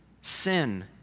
sin